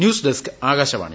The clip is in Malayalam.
ന്യൂസ്ഡെസ്ക് ആകാശവാണി